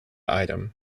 item